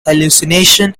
hallucination